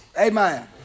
Amen